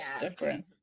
different